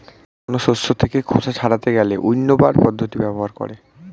জন শস্য থেকে খোসা ছাড়াতে গেলে উইন্নবার পদ্ধতি ব্যবহার করে